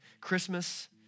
Christmas